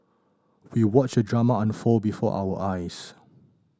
we watched the drama unfold before our eyes